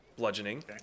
Bludgeoning